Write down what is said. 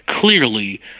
clearly